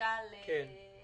אני לא טועה.